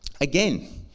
again